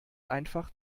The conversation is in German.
einfach